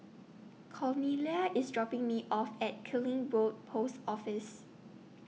Cornelia IS dropping Me off At Killiney Road Post Office